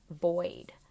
void